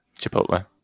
Chipotle